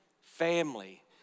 family